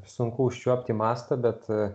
sunku užčiuopti mastą bet